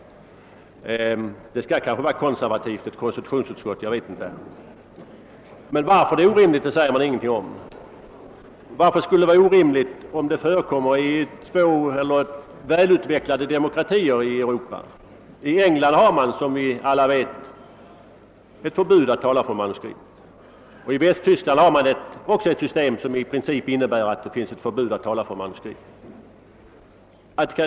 Ett konstitutionsutskott skall kanske vara konservativt. Men varför det är orimligt säger utskottet ingenting om. Varför skulle det vara orimligt här, om det förekommer i välutvecklade demokratier i Europa? I England gäller såsom vi alla vet ett förbud att tala från manuskript, och i Västtyskland tillämpas ett system som i princip också innebär förbud att tala från manuskript.